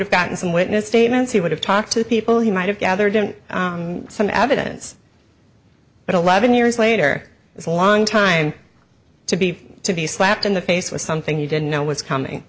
have gotten some witness statements he would have talked to people he might have gathered and some evidence but eleven years later it's a long time to be to be slapped in the face with something you didn't know was coming